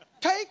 Take